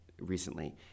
recently